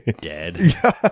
dead